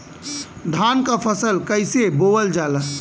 धान क फसल कईसे बोवल जाला?